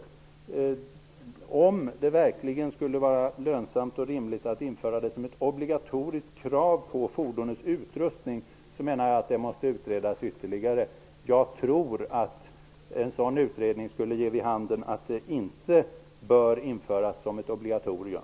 Det måste utredas ytterligare om det verkligen skulle vara lönsamt och rimligt att införa reflexsele som obligatorisk utrustning på fordonet. Jag tror att en sådan utredning skulle ge vid handen att den inte bör införas som ett obligatorium.